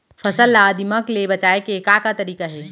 फसल ला दीमक ले बचाये के का का तरीका हे?